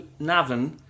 navin